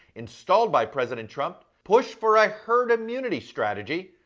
installed by president trump, pushed for a herd immunity strategy,